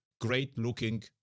great-looking